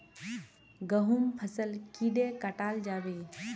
गहुम फसल कीड़े कटाल जाबे?